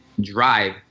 drive